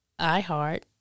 iHeart